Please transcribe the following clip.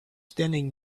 standing